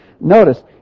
Notice